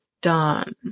done